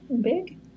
big